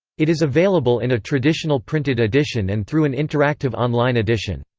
it is available in a traditional printed edition and through an interactive online edition.